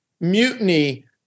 mutiny